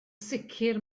sicr